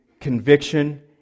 conviction